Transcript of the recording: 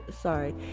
sorry